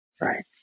Right